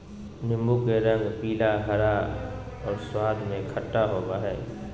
नीबू के रंग पीला, हरा और स्वाद में खट्टा होबो हइ